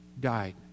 died